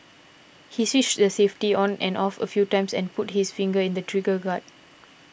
he switched the safety on and off a few times and put his finger in the trigger guard